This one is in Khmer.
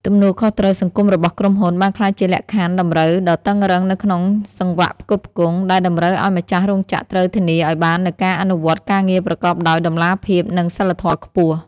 ទំនួលខុសត្រូវសង្គមរបស់ក្រុមហ៊ុន បានក្លាយជាលក្ខខណ្ឌតម្រូវដ៏តឹងរ៉ឹងនៅក្នុងសង្វាក់ផ្គត់ផ្គង់ ដែលតម្រូវឱ្យម្ចាស់រោងចក្រត្រូវធានាឱ្យបាននូវការអនុវត្តការងារប្រកបដោយតម្លាភាព និងសីលធម៌ខ្ពស់។